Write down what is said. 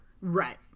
Right